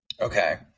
Okay